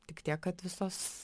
tik tiek kad visos